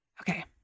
Okay